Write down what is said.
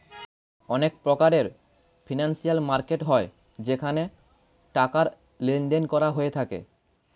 অনেক প্রকারের financial market হয় যেখানে টাকার লেনদেন করা হয়ে থাকে